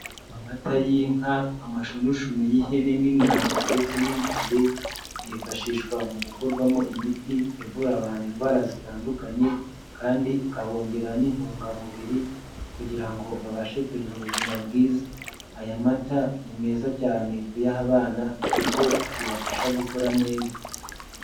Amata y'inka, amashunushunu y'ihene n'intama, ndetse n'ingurube, yifashishwa mu gukorwamo imiti, ivura abantu indwara zitandukanye, kandi ikabongera n'intungamubiri, kugira ngo babashe kugira ubuzima bwiza. Aya mata ni meza cyane kuyaha abana, kuko bi bibafasha gukora neza.